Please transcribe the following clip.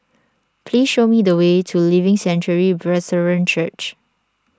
please show me the way to Living Sanctuary Brethren Church